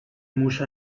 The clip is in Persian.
موش